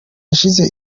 yashinze